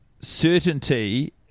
certainty